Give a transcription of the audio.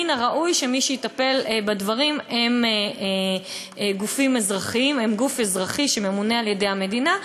מן הראוי שמי שיטפל בדברים הוא גוף אזרחי שממונה על-ידי המדינה,